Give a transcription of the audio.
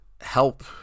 help